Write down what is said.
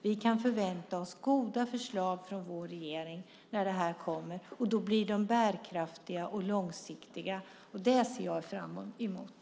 Vi kan förvänta oss goda, bärkraftiga och långsiktiga förslag från vår regering när utredningen kommer, och det ser jag fram emot.